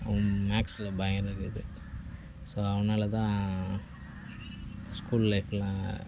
மேக்ஸில் பயங்கர இது ஸோ அவனால்தான் ஸ்கூல் லைஃபெல்லாம்